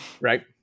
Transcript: Right